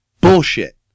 Bullshit